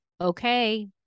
okay